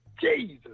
jesus